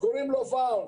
שקוראים לו ---,